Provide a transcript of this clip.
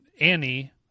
Annie